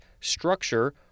structure